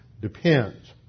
depends